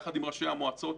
יחד עם ראשי המועצות,